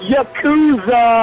Yakuza